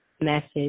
message